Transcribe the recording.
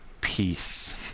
peace